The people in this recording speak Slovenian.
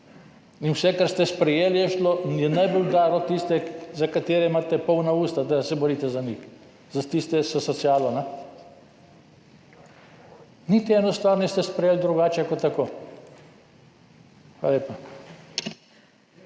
In vse, kar ste sprejeli, je najbolj udarilo tiste, katerih imate polna usta, da se borite za njih, za tiste s socialo. Niti ene stvari niste sprejeli drugače kot tako. Hvala lepa.